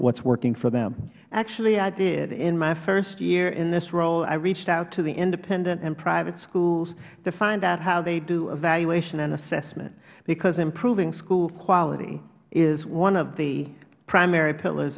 what is working for them ms edelin actually i did in my first year in this role i reached out to the independent and private schools to find out how they do evaluation and assessment because improving school quality is one of the primary pillars